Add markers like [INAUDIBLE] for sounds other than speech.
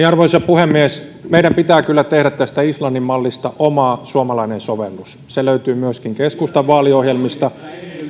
[UNINTELLIGIBLE] arvoisa puhemies meidän pitää kyllä tehdä tästä islannin mallista oma suomalainen sovellus se löytyy myöskin keskustan vaaliohjelmista